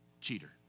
cheater